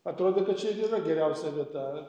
atrodo kad čia ir yra geriausia vieta